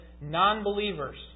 non-believers